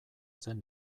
zen